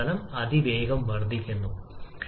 നമുക്കത് അറിയാവുന്നതുപോലെ പക്ഷെ അത് സാധാരണ അവസ്ഥയാണ്